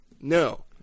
No